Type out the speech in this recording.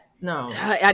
No